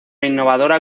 innovadora